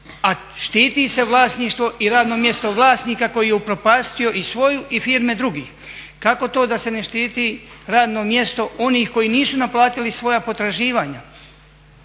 a štiti se vlasništvo i radno mjesto vlasnika koji je upropastio i svoju i firme drugih. Kako to da se ne štiti radno mjesto onih koji nisu naplatili svoja potraživanja?